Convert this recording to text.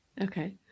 Okay